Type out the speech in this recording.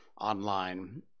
online